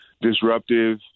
disruptive